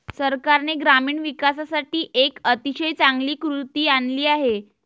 सरकारने ग्रामीण विकासासाठी एक अतिशय चांगली कृती आणली आहे